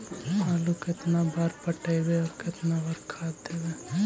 आलू केतना बार पटइबै और केतना बार खाद देबै?